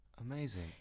Amazing